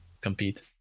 compete